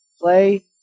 play